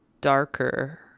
darker